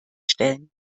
stellen